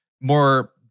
more